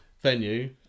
venue